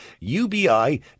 UBI